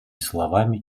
словами